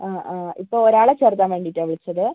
ആ ആ ഇപ്പോൾ ഒരാളെ ചേർക്കാൻ വേണ്ടിയിട്ടാണോ വിളിച്ചത്